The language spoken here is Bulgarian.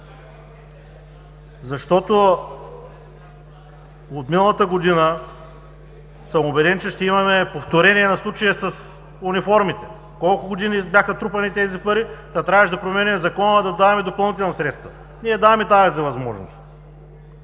Вие ги отхвърляте. Убеден съм, че ще имаме повторение на случая с униформите. Колко години бяха трупани тези пари, та трябваше да променяме закона и да даваме допълнителни средства. Ние даваме тази възможност.